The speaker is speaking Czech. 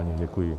Děkuji.